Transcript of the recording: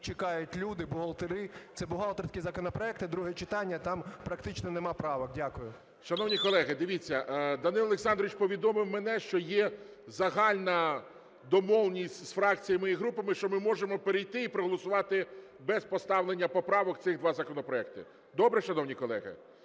чекають люди, бухгалтери, це бухгалтерські законопроекти, друге читання, там практично немає правок. Дякую. ГОЛОВУЮЧИЙ. Шановні колеги, дивіться, Данило Олександрович повідомив мене, що є загальна домовленість з фракціями і групами, що ми можемо перейти і проголосувати без поставлення поправок цих два законопроекти. Добре, шановні колеги?